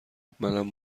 منم